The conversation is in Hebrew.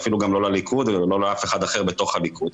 ואפילו גם לא לליכוד וגם לא לאף אחד אחר בתוך הליכוד.